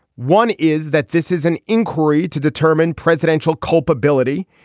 one is that this is an inquiry to determine presidential culpability.